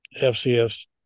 FCS